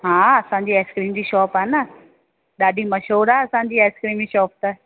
हा असांजी आइस्क्रीम जी शॉप आहे न ॾाढी मशहूर आहे असांजी आइस्क्रीन जी शॉप त